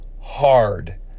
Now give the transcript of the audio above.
hard